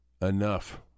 Enough